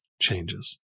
changes